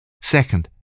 Second